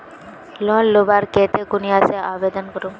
Loan लुबार केते कुनियाँ से आवेदन करूम?